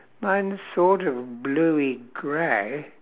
mine's sort of bluey grey